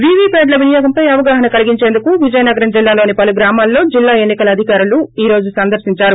VV ప్యాడ్ల వినియోగంపై అవగాహన కలిగించేందుకు విజయనగరం జిల్లాలోని పలు గ్రామాలలో జిల్లా ఎన్ని కల అధికారులు ఈ రోజు సందర్పించారు